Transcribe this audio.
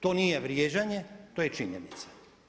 To nije vrijeđanje, to je činjenica.